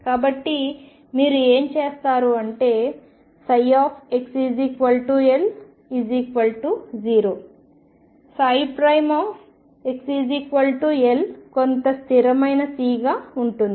కాబట్టి మీరు ఏమి చేస్తారు అంటే xL0 xL కొంత స్థిరమైన C గా ఉంటుంది